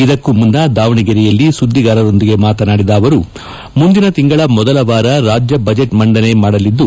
ಇದಕ್ಕೂ ಮುನ್ನ ದಾವಣಗೆರೆಯಲ್ಲಿ ಸುದ್ದಿಗಾರರೊಂದಿಗೆ ಮಾತನಾಡಿದ ಅವರು ಮುಂದಿನ ತಿಂಗಳ ಮೊದಲ ವಾರ ರಾಜ್ಯ ಬಜೆಟ್ ಮಂಡನೆ ಮಾಡಲಿದ್ದು